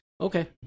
Okay